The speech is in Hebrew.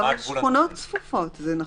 גם לגבי שכונות צפופות זה נכון,